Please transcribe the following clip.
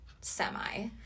semi